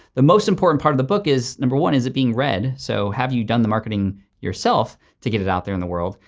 the most important part of the book is, number one, is it being read? so have you done the marketing yourself to get it out there in the world?